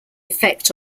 effect